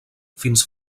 fins